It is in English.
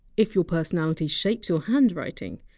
if your personality shapes your handwriting,